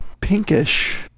pinkish